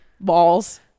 Balls